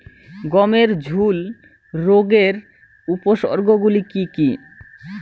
গমের ঝুল রোগের উপসর্গগুলি কী কী?